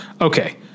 Okay